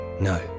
No